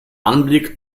anblick